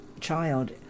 child